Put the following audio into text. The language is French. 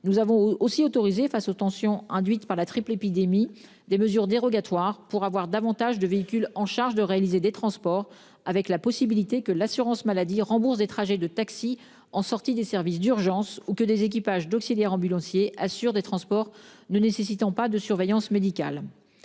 Nous avons aussi autorisé face aux tensions induites par la triple épidémie des mesures dérogatoires pour avoir davantage de véhicules en charge de réaliser des transports, avec la possibilité que l'assurance maladie rembourse des trajets de. En sortie des services d'urgence ou que des équipages d'auxiliaire ambulancier assurent des transports ne nécessitant pas de surveillance médicale.